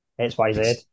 XYZ